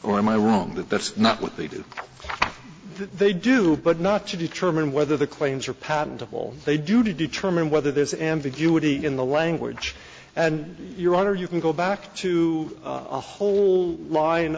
or am i wrong but that's not what they do they do but not to determine whether the claims are patentable they do to determine whether there's ambiguity in the language and your honor you can go back to a whole line